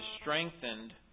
strengthened